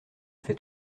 fais